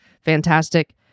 fantastic